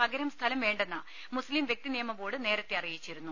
പകരം സ്ഥലം വേണ്ടെന്ന് മുസ്തിം വ്യക്തി നിയമ ബോർഡ് നേരത്തെ അറിയിച്ചിരുന്നു